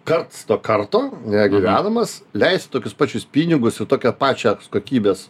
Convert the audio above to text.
karts nuo karto negyvenamas leisti tokius pačius pinigus ir tokią pačią kokybės